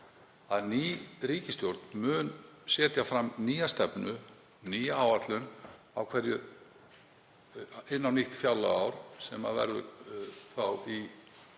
að ný ríkisstjórn mun setja fram nýja stefnu, nýja áætlun, inn á nýtt fjárlagaár. Það verður